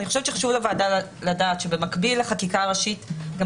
חשוב לוועדה לדעת שבמקביל לחקיקה הראשית גם